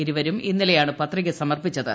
ഇരുവരും ഇന്നലെയാണ് പത്രിക സമർപ്പിച്ചത്